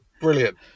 Brilliant